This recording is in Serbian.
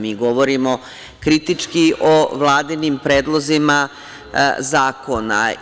Mi govorimo kritički o Vladinim predlozima zakona.